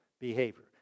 behavior